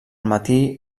matí